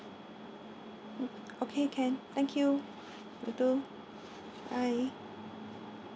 okay can thank you will do bye